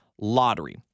lottery